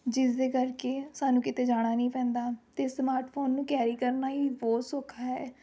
ਜਿਸਦੇ ਕਰਕੇ ਸਾਨੂੰ ਕਿਤੇ ਜਾਣਾ ਨਹੀਂ ਪੈਂਦਾ ਅਤੇ ਸਮਾਰਟਫ਼ੋਨ ਨੂੰ ਕੈਰੀ ਕਰਨਾ ਹੀ ਬਹੁਤ ਸੌਖਾ ਹੈ